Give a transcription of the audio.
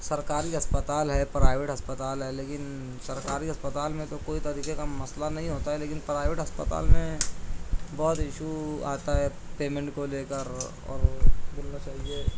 سرکاری اسپتال ہے پرائیویٹ اسپتال ہے لیکن سرکاری اسپتال میں تو کوئی طریقے کا مسئلہ نہیں ہوتا ہے لیکن پرائیویٹ اسپتال میں بہت اشیو آتا ہے پیمینٹ کو لے کر اور بولنا چاہیے